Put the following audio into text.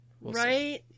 Right